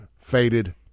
faded